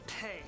pay